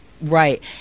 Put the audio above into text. Right